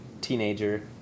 teenager